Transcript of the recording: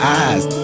eyes